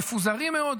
מפוזרים מאד,